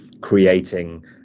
creating